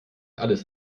alles